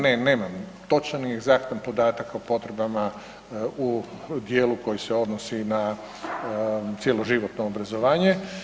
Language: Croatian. Ne, nemam točan i egzaktan podatak o potrebama u dijelu koji se odnosi na cjeloživotno obrazovanje.